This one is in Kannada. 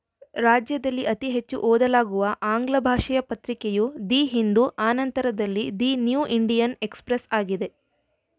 ರಾಜ್ಯದಲ್ಲಿ ಅತಿ ಹೆಚ್ಚು ಓದಲಾಗುವ ಆಂಗ್ಲ ಭಾಷೆಯ ಪತ್ರಿಕೆಯು ದಿ ಹಿಂದೂ ಆ ನಂತರದಲ್ಲಿ ದಿ ನ್ಯೂ ಇಂಡಿಯನ್ ಎಕ್ಸ್ಪ್ರೆಸ್ ಆಗಿದೆ